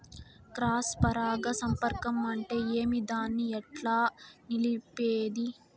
Cross పరాగ సంపర్కం అంటే ఏమి? దాన్ని ఎట్లా నిలిపేది?